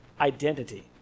identity